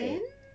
ten